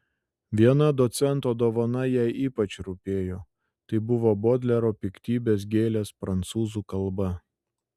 viena docento dovana jai ypač rūpėjo tai buvo bodlero piktybės gėlės prancūzų kalba